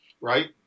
right